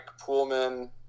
Pullman